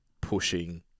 pushing